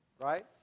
right